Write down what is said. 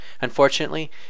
Unfortunately